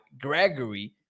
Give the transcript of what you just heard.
Gregory